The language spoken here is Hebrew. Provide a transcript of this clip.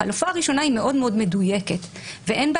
החלופה הראשונה היא מאוד מאוד מדויקת ואין בה